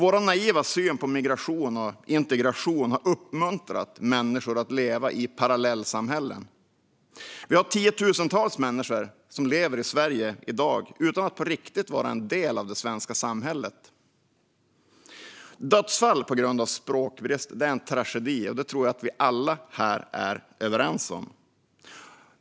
Vår naiva syn på migration och integration har uppmuntrat människor att leva i parallellsamhällen. Det finns tiotusentals människor som lever i Sverige utan att på riktigt vara en del av det svenska samhället. Dödsfall på grund av språkbrist är en tragedi. Det tror jag att vi alla är överens om.